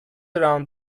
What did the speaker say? around